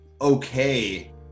okay